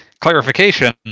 clarification